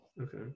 okay